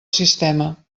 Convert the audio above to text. sistema